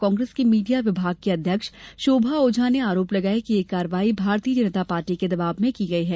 कांग्रेस की मीडिया विभाग की अध्यक्ष शोभा ओझा ने आरोप लगाया कि यह कार्रवाई भारतीय जनता पार्टी के दबाव में की गयी है